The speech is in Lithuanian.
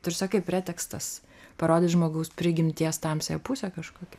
tu ir sakai pretekstas parodyt žmogaus prigimties tamsiąją pusę kažkokią